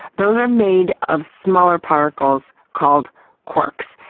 those are made of smaller particles called quarks.